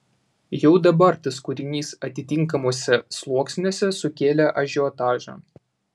jau dabar tas kūrinys atitinkamuose sluoksniuose sukėlė ažiotažą